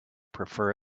prefer